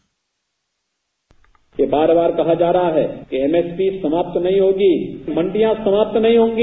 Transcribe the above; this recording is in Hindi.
बाइट यह बार बार कहा जा रहा है कि एमएसपी समाप्त नहीं होगी मंडिया समाप्त नहीं होंगी